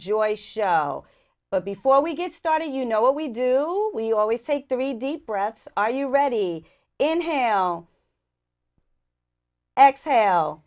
joy show but before we get started you know what we do we always take three deep breaths are you ready inhale exhale